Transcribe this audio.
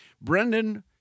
Brendan